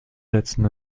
sätzen